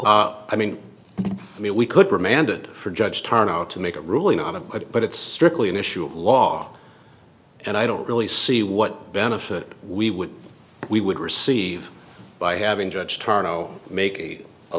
i mean i mean we could remanded for judge turn out to make a ruling on a but it's strictly an issue of law and i don't really see what benefit we would we would receive by having judge tardo make a